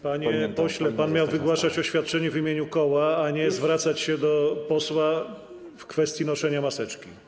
Panie pośle, pan miał wygłaszać oświadczenie w imieniu koła, a nie zwracać się do posła w kwestii noszenia maseczki.